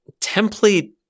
template